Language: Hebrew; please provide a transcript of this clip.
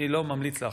אני לא ממליץ לך,